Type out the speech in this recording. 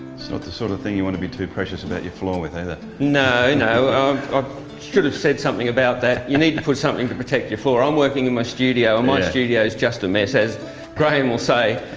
it's not the sort of thing you want to be too precious about your floor with either. no, no i um ah should have said something about that. you need to put something to protect your floor. i'm working in my studio, and my studio's just a mess. as graeme will say,